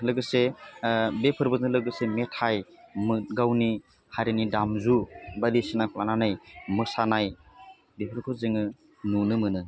लोगोसे बे फोरबोजों लोगोसे मेथाइ मोह गावनि हारिनि दामजु बायदिसिनाखौ लानानै मोसानाय बेफोरखौ जोङो नुनो मोनो